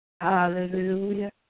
Hallelujah